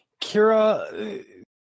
Kira